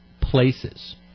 places